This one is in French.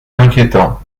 inquiétant